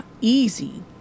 easy